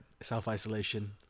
self-isolation